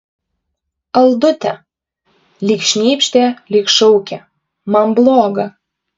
aldute lyg šnypštė lyg šaukė man bloga